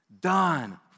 done